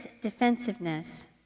defensiveness